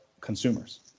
consumers